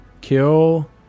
kill